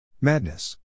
Madness